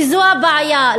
וזו הבעיה.